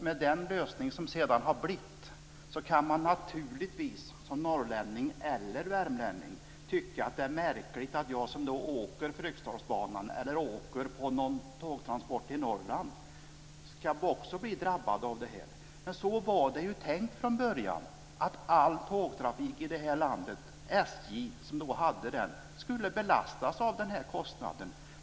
Med den lösning som sedan har kommit till stånd kan man naturligtvis som norrlänning eller värmlänning som åker på Fryksdalsbanan eller på någon tågresa i Norrland tycka sig bli drabbad, men det var från början tänkt att all tågtrafik i vårt land, som då utfördes av SJ, skulle belastas med den här kostnaden.